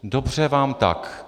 Dobře vám tak.